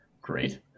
great